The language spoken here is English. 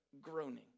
groaning